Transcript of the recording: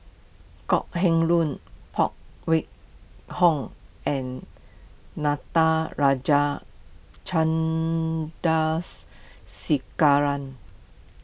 Kok Heng Leun Phan Wait Hong and Natarajan Chandrasekaran